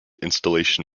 installation